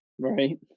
Right